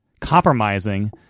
compromising